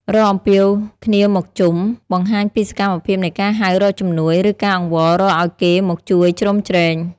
«រកអំពាវគ្នាមកជុំ» បង្ហាញពីសកម្មភាពនៃការហៅរកជំនួយ ឬការអង្វរកឱ្យគេមកជួយជ្រោមជ្រែង។